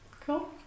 cool